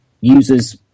users